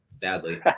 badly